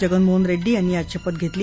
जगनमोहन रेङ्डी यांनी आज शपथ घेतली